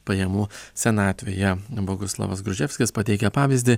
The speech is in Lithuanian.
pajamų senatvėje boguslavas gruževskis pateikia pavyzdį